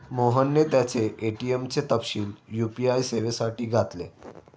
मोहनने त्याचे ए.टी.एम चे तपशील यू.पी.आय सेवेसाठी घातले